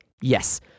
Yes